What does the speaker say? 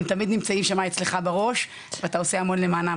הם תמיד נמצאים אצלך שמה בראש ואתה עושה המון למענם,